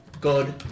good